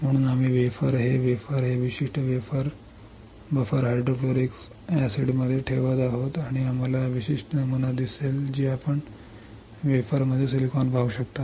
म्हणून आम्ही वेफर हे वेफर हे विशिष्ट वेफर बफर हायड्रोफ्लोरिक acidसिडमध्ये ठेवत आहोत आणि आम्हाला हा विशिष्ट नमुना दिसेल जे आपण वेफरमध्ये सिलिकॉन पाहू शकता